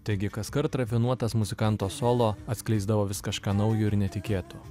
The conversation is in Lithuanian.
taigi kaskart rafinuotas muzikanto solo atskleisdavo vis kažką naujo ir netikėto